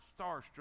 starstruck